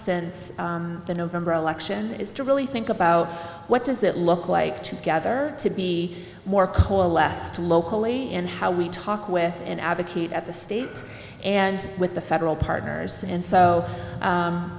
since the november election is to really think about what does it look like to gather to be more coalesced locally in how we talk with an advocate at the state and with the federal partners and so